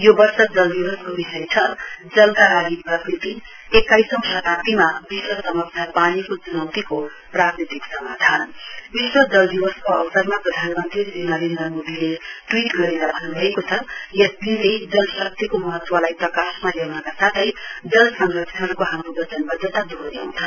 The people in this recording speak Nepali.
यो वर्ष जल दिवसको विषय छ जलका लागि प्रकृति एक्काइसौं शताब्दीमा विश्व समक्ष पानीको चुनौतीको प्राकृतिक समाधान विश्व जल दिवसको अवसरमा प्रधानमन्त्री श्री नरेन्द्र मोदीले ट्वीट गरेर भन्नुभएको छ यस दिनले जलशक्तिको महत्वलाई प्रकाशमा ल्याउनका साथै र जस संरक्षणको हाम्रो बचनबद्धता दोहोर्याउँछ